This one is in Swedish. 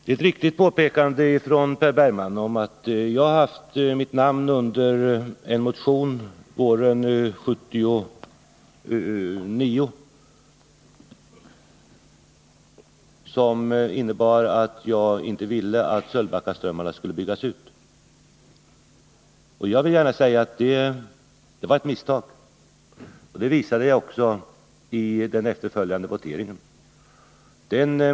Herr talman! Per Bergmans påpekande är riktigt — mitt namn finns på en motion som väcktes våren 1979 och som innebar att jag inte ville att Sölvbackaströmmarna skulle byggas ut. Jag vill gärna säga att det var ett misstag, och det visade jag också i voteringen efter behandlingen av den frågan.